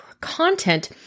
content